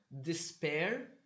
despair